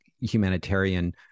humanitarian